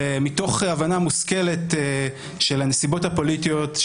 ומתוך הבנה מושכלת של הנסיבות הפוליטיות,